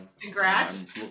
Congrats